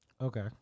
Okay